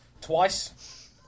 twice